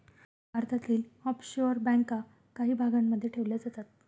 भारतातील ऑफशोअर बँका काही भागांमध्ये ठेवल्या जातात